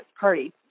party